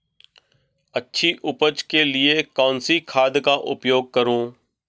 अच्छी उपज के लिए कौनसी खाद का उपयोग करूं?